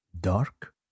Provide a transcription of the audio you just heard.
dark